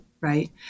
right